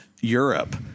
Europe